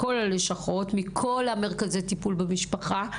מכל הלשכות ומרכזי הטיפול במשפחה,